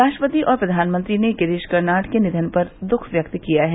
राष्ट्रपति और प्रधानमंत्री ने गिरीश कर्नाड के निधन पर दुख व्यक्त किया है